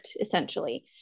essentially